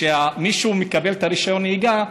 כשמישהו מקבל רישיון נהיגה,